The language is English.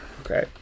Okay